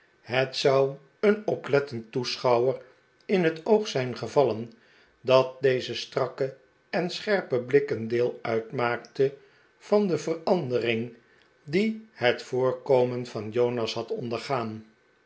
het zou een oplettend toeschouwer in het oog zijn gevallen dat deze strakke en scherpe blik een deel uitmaakte van de verandering die het voorkomen van jonas had ondergaan